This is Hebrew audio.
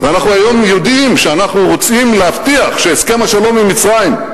אנחנו היום יודעים שאנחנו רוצים להבטיח שהסכם השלום עם מצרים,